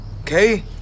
Okay